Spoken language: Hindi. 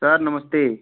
सर नमस्ते